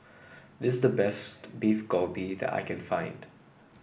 this is the Beef Galbi that I can find